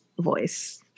voice